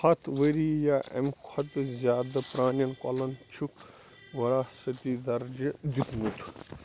ہتھ ؤری یا اَمہِ کھۄتہٕ زِیادٕ پرٛانٮ۪ن کۄلَن چھُکھ ورَاثتی درجہٕ دِیُتمُت